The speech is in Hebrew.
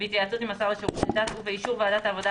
בהתייעצות עם השר לשירותי דת ובאישור ועדת העבודה,